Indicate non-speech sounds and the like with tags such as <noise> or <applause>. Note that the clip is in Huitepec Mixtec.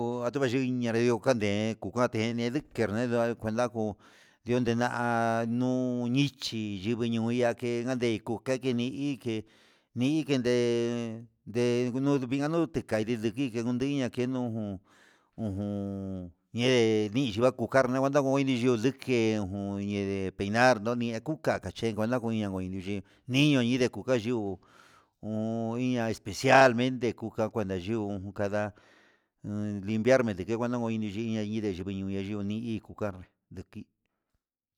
Koo aduganye nayinro kandee kekeni yuu kuderngua ha kuenta ngun ndiunde na'a nuu nichí yivii ñuu ña kande kuu keke neike ndiike nde niun kandutu ndekaini kiña kukendu <hesitation> jun de ndiya kun carne noini yo'o nduke ojon niyee peinar, donie kuka kachendo kunia kuña koinduu ye'e, nindo kuñe kukanyuu hon iña'a especial mende kuka kunda yuu unkada limpiarme deke nguena kondi iyii ndiña nyide kuche ñonda i iir kukada ndikii.